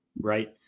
right